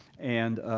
and